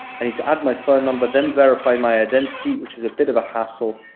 i need to add my phone number then verify my identity, which is a bit of a hassle,